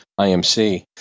IMC